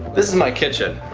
this is my kitchen.